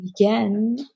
again